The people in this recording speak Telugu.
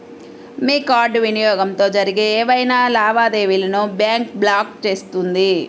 మీ కార్డ్ వినియోగంతో జరిగే ఏవైనా లావాదేవీలను బ్యాంక్ బ్లాక్ చేస్తుంది